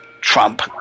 trump